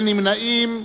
אין נמנעים.